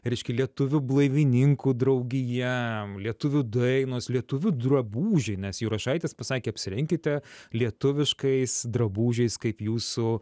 reiškia lietuvių blaivininkų draugija lietuvių dainos lietuvių drabužiai nes jurašaitis pasakė apsirenkite lietuviškais drabužiais kaip jūsų